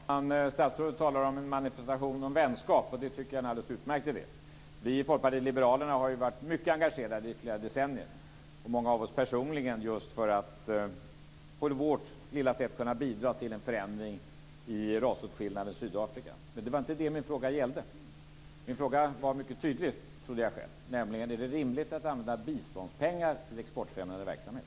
Fru talman! Statsrådet talar om en manifestation och om vänskap. Det tycker jag är en alldeles utmärkt idé. Vi i Folkpartiet liberalerna har ju varit mycket engagerade i flera decennier, många av oss personligen, för att på vårt lilla sätt kunna bidra till en förändring i rasåtskillnadens Sydafrika. Men det var inte det min fråga gällde. Min fråga var mycket tydlig, trodde jag själv. Den löd: Är det rimligt att använda biståndspengar till exportfrämjande verksamhet?